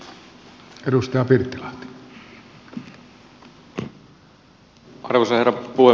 arvoisa herra puhemies